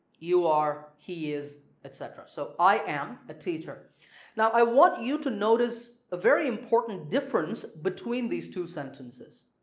you are, he is etc. so i am a teacher now i want you to notice a very important difference between these two sentences.